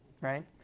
right